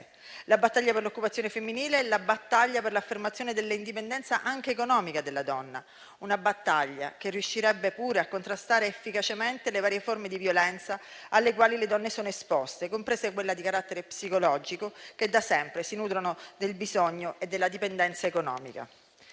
La battaglia per l'occupazione femminile è la battaglia per l'affermazione dell'indipendenza anche economica della donna, una battaglia che riuscirebbe anche a contrastare efficacemente le varie forme di violenza alle quali le donne sono esposte, comprese quelle di carattere psicologico, che da sempre si nutrono del bisogno e della dipendenza economica.